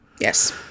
yes